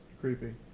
creepy